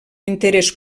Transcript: interès